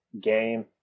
game